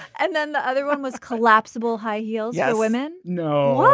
and then the other one was collapsible high heeled yeah women no.